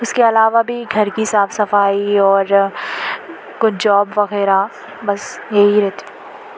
اس کے علاوہ بھی گھر کی صاف صفائی اور کچھ جاب وغیرہ بس یہی رہتی